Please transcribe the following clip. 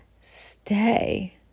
Stay